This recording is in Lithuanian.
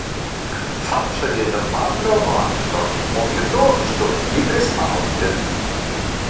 faršą dėti ant vaflio lakšto o kitu lakštu jį prispausti